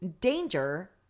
danger